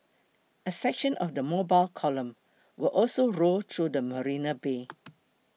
a section of the mobile column will also roll through the Marina Bay